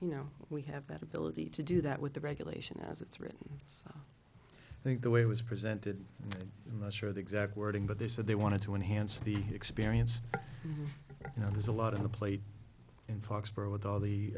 you know we have that ability to do that with the regulation as it's written so i think the way it was presented i'm not sure the exact wording but they said they wanted to enhance the experience you know there's a lot of the plate in foxborough with all the